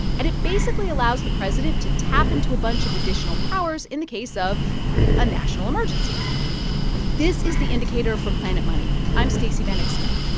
and it basically allows the president to tap into a bunch of additional powers in the case of a national emergency this is the indicator from planet money. i'm stacey vanek smith.